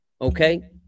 Okay